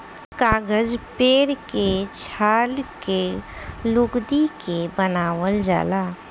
कागज पेड़ के छाल के लुगदी के बनावल जाला